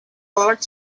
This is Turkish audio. olarak